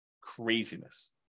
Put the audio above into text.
Craziness